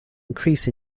increase